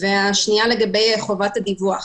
והשנייה לגבי חובת הדיווח.